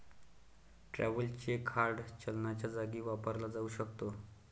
travellers cheque hard चलनाच्या जागी वापरला जाऊ शकतो